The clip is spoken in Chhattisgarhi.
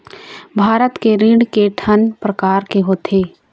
भारत के ऋण के ठन प्रकार होथे?